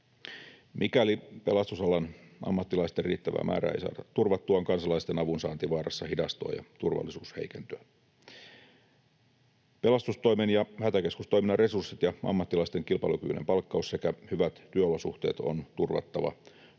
Mikäli pelastusalan ammattilaisten riittävää määrää ei saada turvattua, on kansalaisten avunsaanti vaarassa hidastua ja turvallisuus heikentyä. Pelastustoimen ja hätäkeskustoiminnan resurssit ja ammattilaisten kilpailukykyinen palkkaus sekä hyvät työolosuhteet on turvattava.